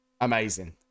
Amazing